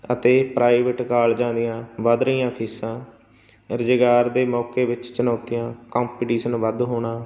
ਅਤੇ ਪ੍ਰਾਈਵੇਟ ਕਾਲਜਾਂ ਦੀਆਂ ਵੱਧ ਰਹੀਆਂ ਫੀਸਾਂ ਰੁਜ਼ਗਾਰ ਦੇ ਮੌਕੇ ਵਿੱਚ ਚੁਣੌਤੀਆਂ ਕੰਪੀਟੀਸ਼ਨ ਵੱਧ ਹੋਣਾ